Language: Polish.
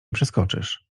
przeskoczysz